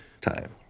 time